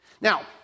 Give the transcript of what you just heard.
Now